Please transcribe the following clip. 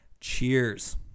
cheers